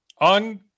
On